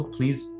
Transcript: Please